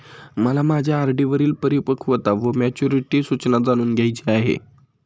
मला माझ्या आर.डी वरील परिपक्वता वा मॅच्युरिटी सूचना जाणून घ्यायची आहे